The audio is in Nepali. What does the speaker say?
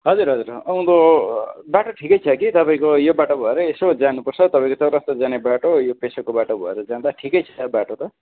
हजुर हजुर आउदो बाटो ठिकै छ कि तपाईँको यो बाटो भएरै यसो जानुपर्छ तपाईँको चौरास्ता जाने बाटो यो पेसोकको बाटो भएर जाँदा ठिकै छ बाटो त